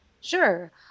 Sure